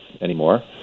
anymore